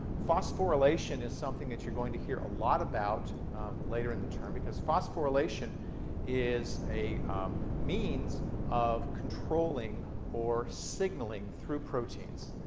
phosphorylation is something that you're going to hear a lot about later in the term because phosphorylation is a means of controlling or signaling through proteins.